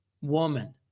woman